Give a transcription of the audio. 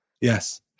Yes